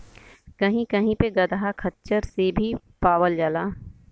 कही कही पे गदहा खच्चरन से भी पावल जाला